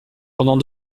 pendant